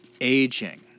aging